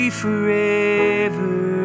forever